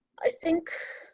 i think